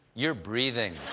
you're breathing.